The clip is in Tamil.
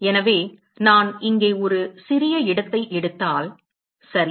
எனவே நான் இங்கே ஒரு சிறிய இடத்தை எடுத்தால் சரி